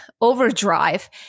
overdrive